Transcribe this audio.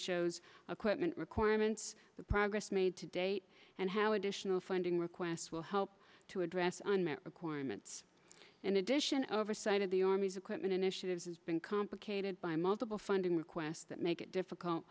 shows equipment requirements the progress made to date and how additional funding requests will help to address on their requirements in addition oversight of the army's equipment initiatives has been complicated by multiple funding requests that make it difficult